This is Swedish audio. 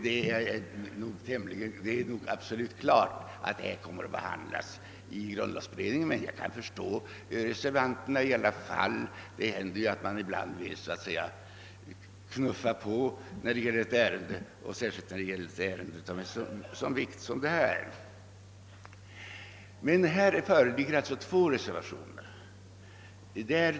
Det är nog absolut klart att problemet blir behandlat i grundlagberedningen, men jag kan ändå förstå reservanterna, ty det händer ju att man ibland vill ge ett ärende — särskilt av en sådan vikt som detta — en knuff framåt. Här föreligger alltså två reservationer.